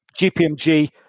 gpmg